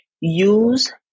use